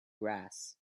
grass